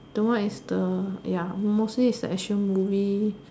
the one is the ya mostly is the action movie